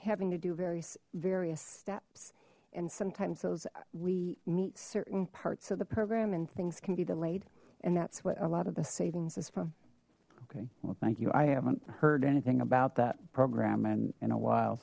having to do various various steps and sometimes those we meet certain parts of the program and things can be delayed and that's what a lot of the savings is from okay well thank you i haven't heard anything about that program and in a while